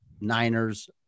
Niners